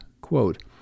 Quote